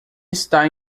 está